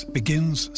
begins